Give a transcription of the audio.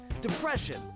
depression